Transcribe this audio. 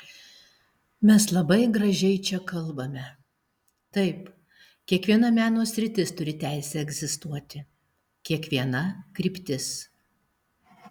mes labai gražiai čia kalbame taip kiekviena meno sritis turi teisę egzistuoti kiekviena kryptis